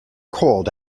cold